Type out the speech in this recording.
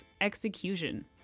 execution